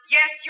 Yes